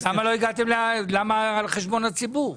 למה על חשבון הציבור?